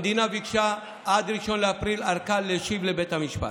המדינה ביקשה הארכה עד 1 באפריל להשיב לבית המשפט,